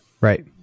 Right